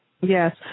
Yes